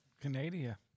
Canada